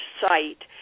site